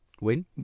Win